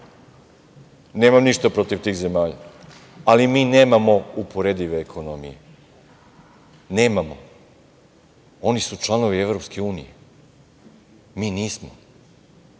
Nemam ništa protiv tih zemalja, ali mi nemamo uporedive ekonomije. Nemamo. Oni su članovi EU, mi nismo.